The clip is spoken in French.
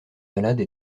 malades